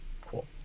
Cool